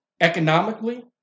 economically